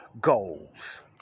goals